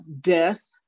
death